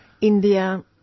India